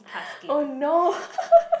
oh no